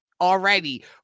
already